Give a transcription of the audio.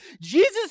Jesus